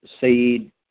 seed